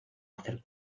hacer